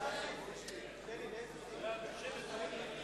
1 לא נתקבלה.